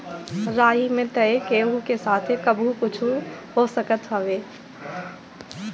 राही में तअ केहू के साथे कबो कुछु हो सकत हवे